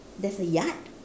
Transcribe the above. there's a yard